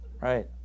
Right